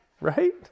Right